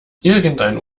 irgendein